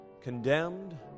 condemned